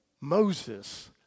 Moses